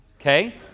okay